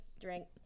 Drink